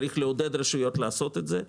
צריך לעודד רשויות לעשות את זה.